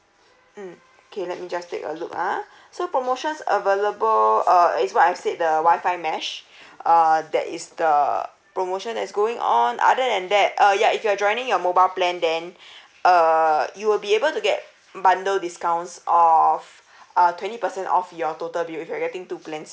mm okay let me just take a look ah so promotions available uh is what I said the wi-fi mesh err that is the promotion that's going on other than that uh ya if you are joining your mobile plan then err you will be able to get bundle discounts of uh twenty percent off your total bill if you're getting two plans